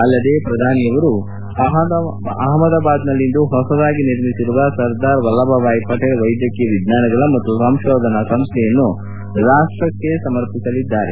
ಅಲ್ಲದೆ ಪ್ರಧಾನಿ ನರೇಂದ್ರ ಮೋದಿ ಅವರು ಅಹಮದಾಬಾದ್ನಲ್ಲಿಂದು ಹೊಸದಾಗಿ ನಿರ್ಮಿಸಿರುವ ಸರ್ದಾರ್ ವಲಭಭಾಯಿ ಪಟೇಲ್ ವೈದ್ಯಕೀಯ ವಿಜ್ಞಾನಗಳ ಮತ್ತು ಸಂಶೋಧನಾ ಸಂಸ್ದೆಯನ್ನು ರಾಷ್ಟಕ್ಕೆ ಸಮರ್ಪಿಸಲಿದ್ದಾರೆ